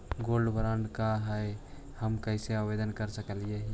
Gold bond का है, हम कैसे आवेदन कर सकली ही?